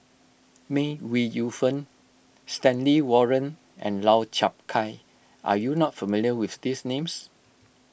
May Ooi Yu Fen Stanley Warren and Lau Chiap Khai are you not familiar with these names